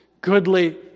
goodly